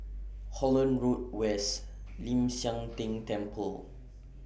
Holland Road West Ling San Teng Temple